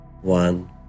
one